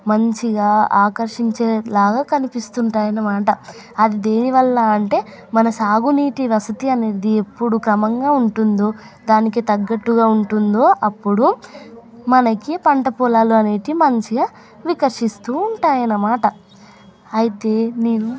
మంచిగా ఆకర్షించే లాగా కనిపిస్తుంటాయి అన్నమాట అది దేనివల్ల అంటే మన సాగునీటి వసతి అనేది ఎప్పుడు క్రమంగా ఉంటుందో దానికి తగ్గట్టుగా ఉంటుందో అప్పుడు మనకి పంట పొలాలు అనేది మంచిగా ఆకర్షిస్తు ఉంటాయన్నమాట అయితే నేను